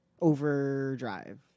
Overdrive